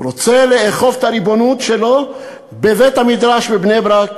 הוא רוצה לאכוף את הריבונות שלו בבית-המדרש בבני-ברק,